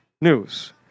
news